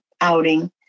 outing